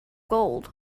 gold